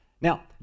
Now